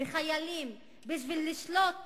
וחיילים בשביל לשלוט